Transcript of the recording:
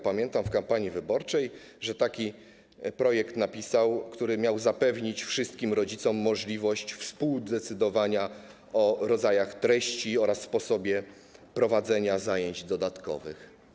Pamiętam, że w kampanii wyborczej napisał taki projekt, który miał zapewnić wszystkim rodzicom możliwość współdecydowania o rodzajach treści oraz sposobie prowadzenia zajęć dodatkowych.